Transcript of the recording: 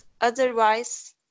otherwise